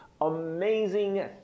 amazing